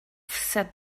said